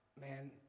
Man